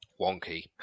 wonky